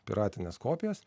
piratines kopijas